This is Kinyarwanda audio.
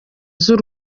z’u